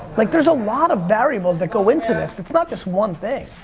like there's a lot of variables that go into this, it's not just one thing.